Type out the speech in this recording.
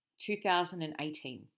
2018